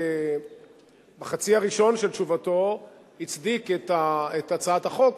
בחצי הראשון של תשובתו הצדיק את הצעת החוק,